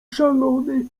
szalony